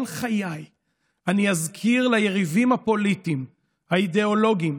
כל חיי אני אזכיר ליריבים הפוליטיים האידיאולוגיים